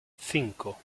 cinco